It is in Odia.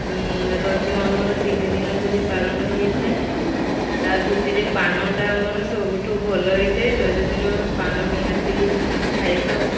ରଜ ଆମର ତିନି ଦିନ ଧରି ପାଳନ ହୋଇଥାଏ ତା ଭିତରେ ପାନଟା ଆମର ସବୁଠୁ ଭଲ ହୋଇଥାଏ ରଜ ଦିନ ଆମେ ପାନ ନିହାତି ଖାଇଥାଉ